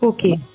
Okay